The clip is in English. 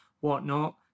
whatnot